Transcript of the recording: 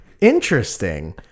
Interesting